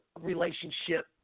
relationship